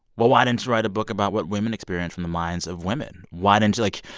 well, why didn't you write a book about what women experience from the minds of women? why didn't you like,